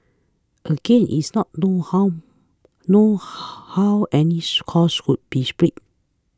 again it's not known how known how any cost would be split